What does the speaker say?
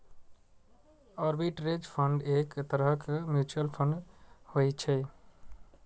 arbitrage fund एक तरहक mutual fund होइ छै